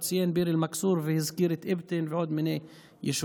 הוא ציין את ביר אל-מכסור והזכיר את אבטין ועוד מיני יישובים.